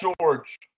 George